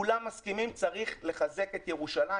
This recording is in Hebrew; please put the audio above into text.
כולם מסכימים שצריך לחזק את ירושלים,